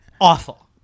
Awful